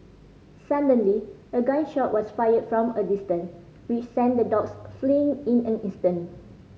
suddenly a gun shot was fired from a distance which sent the dogs fleeing in an instant